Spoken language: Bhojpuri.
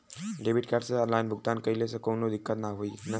डेबिट कार्ड से ऑनलाइन भुगतान कइले से काउनो दिक्कत ना होई न?